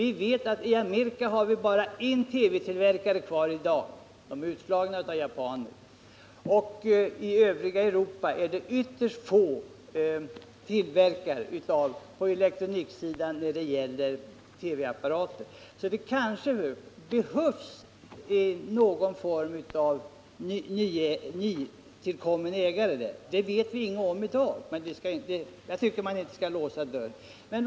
I Amerika har man i dag bara kvar en TV-tillverkare. De övriga är utslagna av japanerna. I Europa har vi på elektroniksidan ytterst få tillverkare av TV-apparater. Det kanske därför behövs att det blir en ny ägare för företaget. Det vet vi ingenting om i dag, men jag tycker att man inte bör låsa dörren.